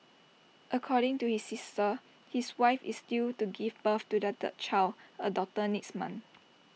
according to his sister his wife is due to give birth to their third child A daughter next month